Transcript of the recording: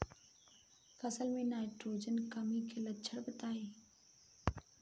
फसल में नाइट्रोजन कमी के लक्षण बताइ?